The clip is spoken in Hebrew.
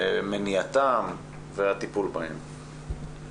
מניעתן והטיפול בהן.